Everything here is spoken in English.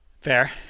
Fair